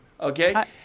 Okay